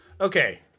Okay